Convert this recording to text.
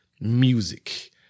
music